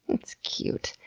it's cute.